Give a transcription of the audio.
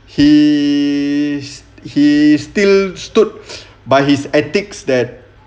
he he still stood by his ethics that